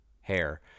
hair